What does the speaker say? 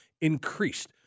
increased